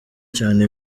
cyane